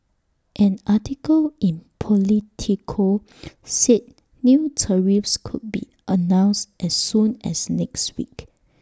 an article in Politico said new tariffs could be announced as soon as next week